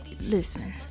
listen